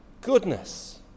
goodness